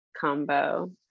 combo